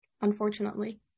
unfortunately